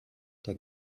der